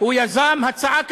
הוא יזם הצעה כזאת,